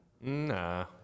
Nah